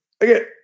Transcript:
Again